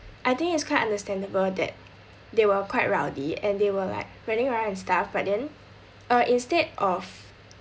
I think it's quite understandable that they were quite rowdy and they were like running around and stuff but then uh instead of